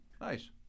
nice